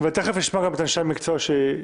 תכף גם נשמע את אנשי המקצוע שיסבירו.